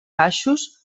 baixos